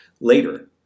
later